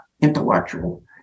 intellectual